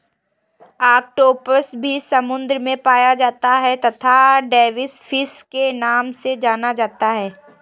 octopus भी समुद्र में पाया जाता है तथा डेविस फिश के नाम से जाना जाता है